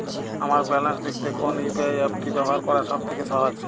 আমার ব্যালান্স দেখতে কোন ইউ.পি.আই অ্যাপটি ব্যবহার করা সব থেকে সহজ?